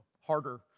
harder